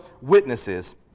witnesses